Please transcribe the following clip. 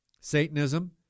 Satanism